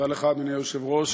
תודה לך, אדוני היושב-ראש.